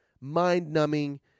mind-numbing